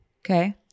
Okay